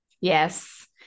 yes